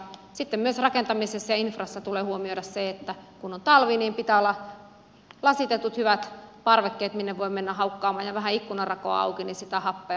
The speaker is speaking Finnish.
sitten myös rakentamisessa ja infrassa tulee huomioida se että kun on talvi niin pitää olla lasitetut hyvät parvekkeet minne voi mennä ja vähän ikkunanrakoa auki haukkaamaan sitä happea